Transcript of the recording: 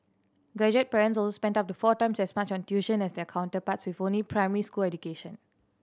graduate parents also spent up the four times as much on tuition as their counterparts with only primary school education